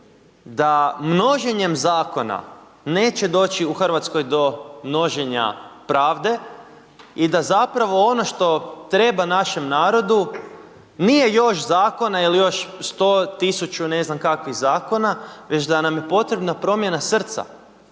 da množenjem zakona neće doći u Hrvatskoj do množenja pravde i da zapravo ono što treba našem narodu nije još zakona ili još 100, 1.000 ne znam kakvih zakona, već da nam je potrebna promjena srca,